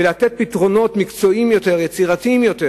ולתת פתרונות מקצועיים יותר, יצירתיים יותר,